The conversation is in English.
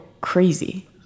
crazy